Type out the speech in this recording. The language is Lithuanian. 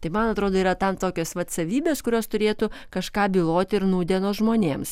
tai man atrodo yra tokios vat savybės kurios turėtų kažką byloti ir nūdienos žmonėms